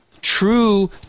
true